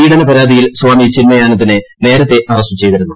പീഡന പരാതിയിൽ സ്വാമി ചിന്മയാനന്ദിനെ നേരത്തേ അറസ്റ്റു ചെയ്തിരുന്നു